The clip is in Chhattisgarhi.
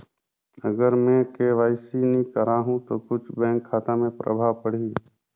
अगर मे के.वाई.सी नी कराहू तो कुछ बैंक खाता मे प्रभाव पढ़ी?